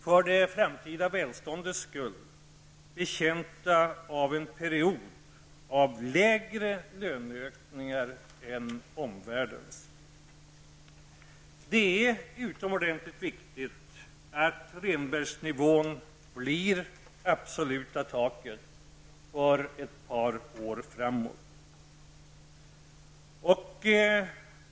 För det framtida välståndets skull är vi betjänta av en period med lägre löneökningar än omvärldens. Det är utomordentligt viktigt att Rehnbergsnivån blir det absoluta taket för ett par år framåt.